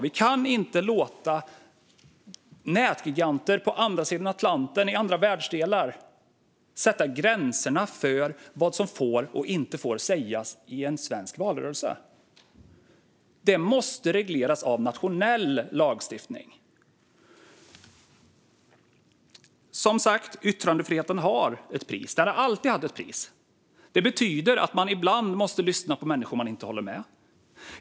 Vi kan inte låta nätgiganter på andra sidan Atlanten, i andra världsdelar, sätta gränserna för vad som får och inte får sägas i en svensk valrörelse. Det måste regleras av nationell lagstiftning. Som sagt, yttrandefriheten har ett pris. Den har alltid haft ett pris. Det betyder att man ibland måste lyssna på människor som man inte håller med.